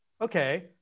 okay